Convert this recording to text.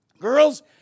girls